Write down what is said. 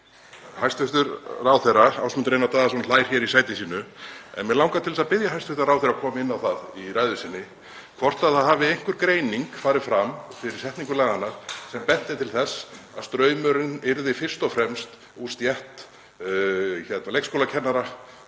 Hæstv. ráðherra Ásmundur Einar Daðason hlær hér í sæti sínu en mig langar til að biðja hæstv. ráðherra að koma inn á það í ræðu sinni á eftir hvort einhver greining hafi farið fram fyrir setningu laganna sem benti til þess að straumurinn yrði fyrst og fremst úr stétt leikskólakennara